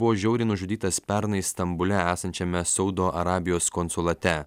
buvo žiauriai nužudytas pernai stambule esančiame saudo arabijos konsulate